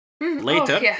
Later